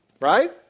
Right